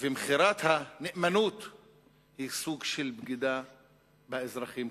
ומכירת הנאמנות היא סוג של בגידה באזרחים,